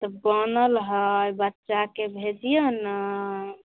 तऽ बनल हए बच्चाकेँ भेजिऔ ने